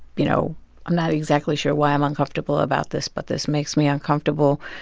you know i'm not exactly sure why i'm uncomfortable about this, but this makes me uncomfortable.